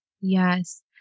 Yes